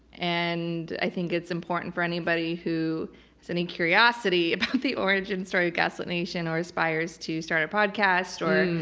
and i think it's important for anybody who has any curiosity about the origin story gaslit nation, or aspires to start a podcast, or